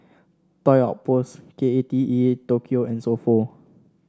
Toy Outpost K A T E Tokyo and So Pho